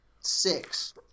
six